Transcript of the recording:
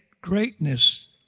Greatness